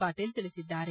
ಪಾಟೀಲ್ ತಿಳಿಸಿದ್ದಾರೆ